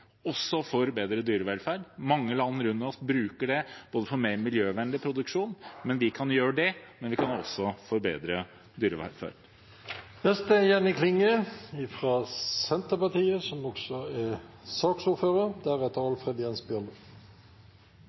også for bedre dyrevelferd. Mange land rundt oss bruker det for mer miljøvennlig produksjon, og vi kan gjøre det, men vi kan også bruke det til å forbedre dyrevelferden. Det er